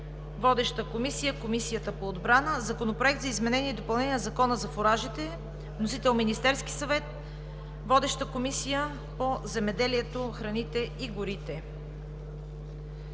Водеща е Комисията по отбрана; - Законопроект за изменение и допълнение на Закона за фуражите. Вносител е Министерският съвет. Водеща е Комисията по земеделието, храните и горите.